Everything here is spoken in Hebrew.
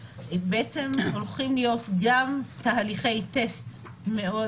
הולכים להיות גם תהליכי טסט מאוד